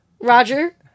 Roger